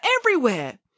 everywhere